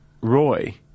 Roy